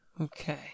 Okay